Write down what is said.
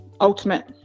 ultimate